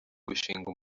gushinga